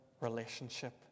relationship